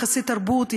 יחסי תרבות,